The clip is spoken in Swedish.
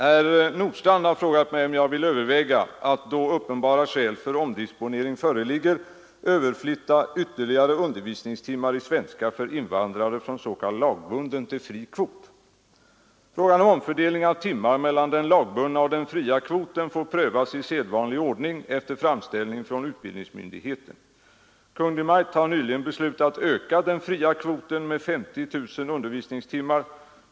Herr talman! Herr Nordstrandh har frågat mig om jag vill överväga att, då uppenbara skäl för omdisponering föreligger, överflytta ytterligare undervisningstimmar i svenska för invandrare från s.k. lagbunden till fri kvot. Frågan om omfördelning av timmar mellan den lagbundna och den fria kvoten får prövas i sedvanlig ordning efter framställning från utbildningsmyndigheten. Kungl. Maj:t har nyligen beslutat öka den fria kvoten med 50 000 undervisningstimmar.